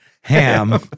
ham